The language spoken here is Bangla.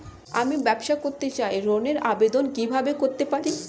আমি ব্যবসা করতে চাই ঋণের আবেদন কিভাবে করতে পারি?